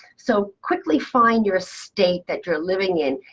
so quickly find your state that you're living in.